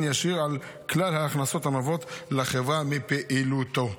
ישיר על כלל ההכנסות הנובעות לחברה מפעילותו.